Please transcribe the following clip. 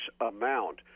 amount